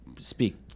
Speak